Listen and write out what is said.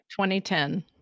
2010